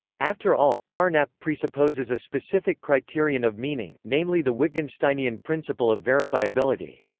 after all, carnap presupposes a specific criterion of meaning, namely the wittgensteinian principle of verifiability.